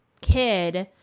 kid